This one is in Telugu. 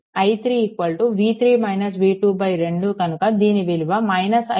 i3 2 కనుక దీని విలువ 5